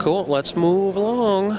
cold let's move along